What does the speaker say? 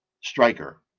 striker